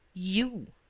you!